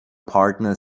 partner